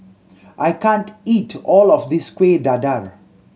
I can't eat all of this Kuih Dadar